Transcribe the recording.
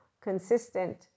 consistent